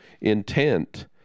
intent